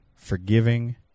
Forgiving